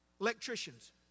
electricians